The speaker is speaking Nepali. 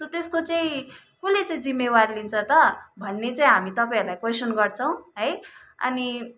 सो त्यसको चाहिँ कसले चाहिँ जिम्मेवार लिन्छ त भन्ने चाहिँ हामी तपाईँहरूलाई कोइसन गर्छौँ है अनि